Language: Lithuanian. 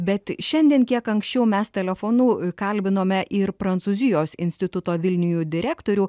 bet šiandien kiek anksčiau mes telefonu kalbinome ir prancūzijos instituto vilniuj direktorių